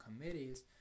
committees